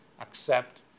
accept